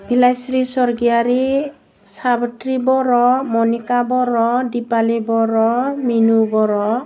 बिलाइस्रि स्वरगयारि साबोथ्रि बर' मनिका बर' दिफालि बर' मिनु बर'